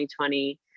2020